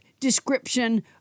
description